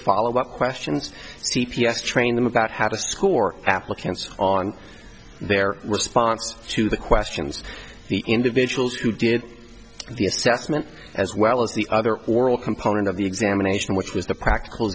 follow up questions c p s train them about how to score applicants on their response to the questions the individuals who did the assessment as well as the other oral component of the examination which was the practic